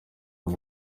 ngo